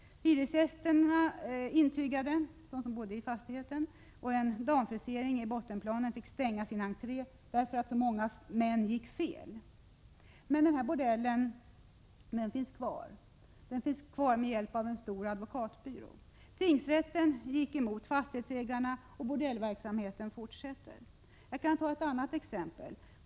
Hyresgästerna som bodde i fastigheten kunde intyga att det var en bordell. En damfrisering på bottenplanet fick stänga sin entré, eftersom så många män gick fel. Men denna bordell finns kvar, tack vare hjälp av en stor advokatbyrå. Tingsrätten gick emot fastighetsägarna, och bordellverksamheten fortsätter. 4 Jag kan ta ett annat exempel.